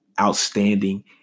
outstanding